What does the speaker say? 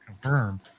confirmed